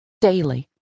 daily